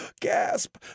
gasp